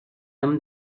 him